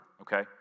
okay